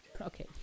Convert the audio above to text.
okay